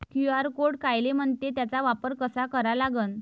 QR code कायले म्हनते, त्याचा वापर कसा करा लागन?